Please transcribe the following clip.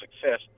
success